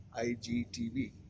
IGTV